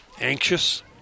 Anxious